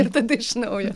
ir tada iš naujo